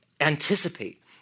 anticipate